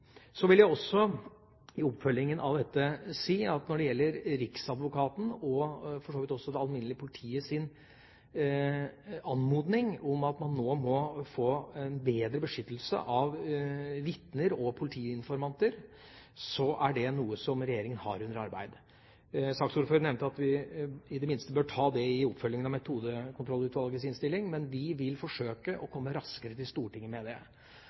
Så vil jeg i oppfølgingen av dette si at når det gjelder riksadvokatens og for så vidt også det alminnelige politiets anmodning om at man må få en bedre beskyttelse av vitner og politiinformanter, er det noe som regjeringa har under arbeid. Saksordføreren nevnte at vi i det minste bør ta dette i forbindelse med oppfølgingen av Metodekontrollutvalgets innstilling, men vi vil forsøke å komme raskere til Stortinget med dette. Og uten å gå for mye i detalj når det